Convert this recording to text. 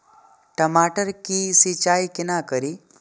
टमाटर की सीचाई केना करी?